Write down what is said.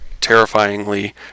terrifyingly